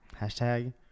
hashtag